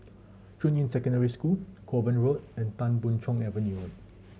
Junyuan Secondary School Kovan Road and Tan Boon Chong Avenue